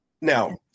Now